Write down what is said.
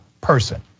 person